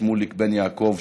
שמוליק בן יעקב,